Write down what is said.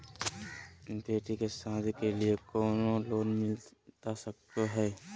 बेटी के सादी के लिए कोनो लोन मिलता सको है?